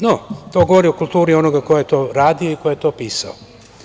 No, to govori o kulturi onoga ko je to radio i ko je to pisao.